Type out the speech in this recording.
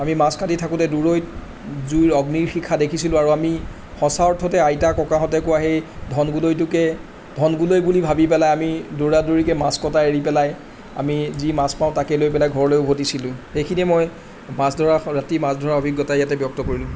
আমি মাছ কাটি থাকোঁতে দূৰৈত জুইৰ অগ্নিৰ শিখা দেখিছিলোঁ আৰু আমি সঁচা অৰ্থতে আইতা ককাহঁতে কোৱা সেই ধনগুলৈটোকে ধনগুলৈ বুলি ভাবি পেলাই আমি দৌৰা দৌৰিকৈ মাছ কটা এৰি পেলাই আমি যি মাছ পাওঁ তাকে লৈ পেলাই ঘৰলৈ ওভতিছিলোঁ সেইখিনিয়ে মই মাছ ধৰা ৰাতি মাছ ধৰা অভিজ্ঞতা ইয়াতে ব্যক্ত কৰিলোঁ